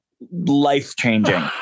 life-changing